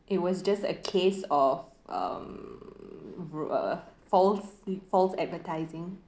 it was just a case of um uh false false advertising